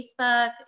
Facebook